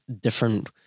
different